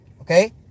okay